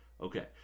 Okay